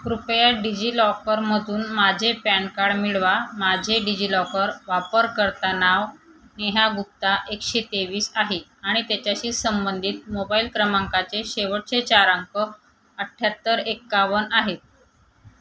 कृपया डिजिलॉकरमधून माझे पॅन कार्ड मिळवा माझे डिजिलॉकर वापरकर्ता नाव नेहागुप्ता एकशे तेवीस आहे आणि त्याच्याशी संबंधित मोबाईल क्रमांकाचे शेवटचे चार अंक अठ्याहत्तर एकावन्न आहेत